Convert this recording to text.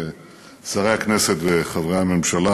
חברי הכנסת וחברי הממשלה,